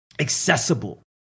accessible